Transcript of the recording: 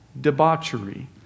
debauchery